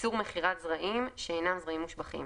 "איסור מכירת זרעים שאינם זרעים מושבחים